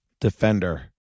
Defender